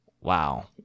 Wow